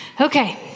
Okay